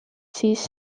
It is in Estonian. siis